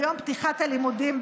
ביום פתיחת הלימודים,